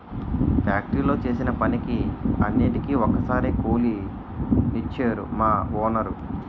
ఫ్యాక్టరీలో చేసిన పనికి అన్నిటికీ ఒక్కసారే కూలి నిచ్చేరు మా వోనరు